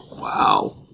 Wow